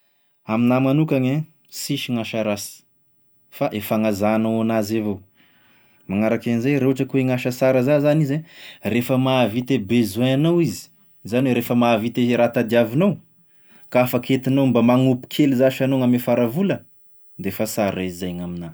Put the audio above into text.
Aminahy manokagny e, sisy gn'asa rasy fa e fanazanao anazy avao, manaraky an'izay raha ohatra ka hoe gn'asa sara za zany izy rehefa mahavita e besoin-nao izy, zany hoe rehefa mahavita e raha tadiavinao ka afaky entinao mba magnompo kely zash anao gn'ame fara vola defa sara izy zay gn'aminahy.